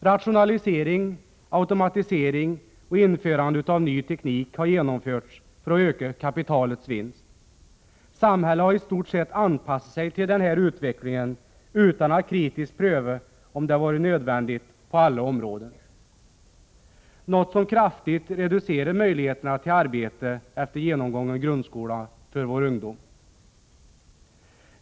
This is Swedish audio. Rationalisering, automatisering och införande av ny teknik har genomförts för att öka kapitalets vinst. Samhället har, utan att kritiskt pröva om det har varit nödvändigt på alla områden, i stort sett anpassat sig till denna utveckling, vilket kraftigt reducerar våra ungdomars möjligheter till arbete efter genomgången grundskola.